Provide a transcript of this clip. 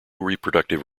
reproductive